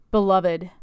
Beloved